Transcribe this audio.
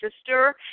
sister